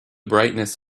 brightness